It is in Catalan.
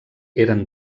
eren